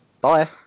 Bye